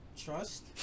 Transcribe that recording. trust